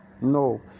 No